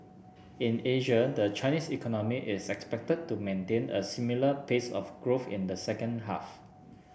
in Asia the Chinese economy is expected to maintain a similar pace of growth in the second half